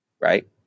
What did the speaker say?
right